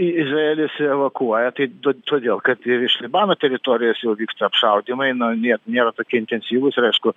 i izraelis evakuoja tai to todėl kad ir iš libano teritorijos jau vyksta apšaudymai na nė nėra tokie intensyvūs ir aišku